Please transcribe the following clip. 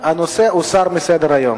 הנושא יוסר מסדר-היום.